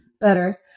better